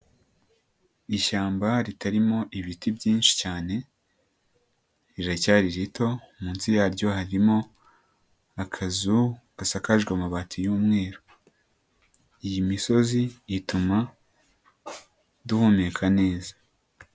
Ishyamba ritarimo ibiti byinshi cyane, riracyari rito, munsi yaryo harimo akazu gasakajwe amabati y'umweru, iyi misozi ituma duhumeka neza.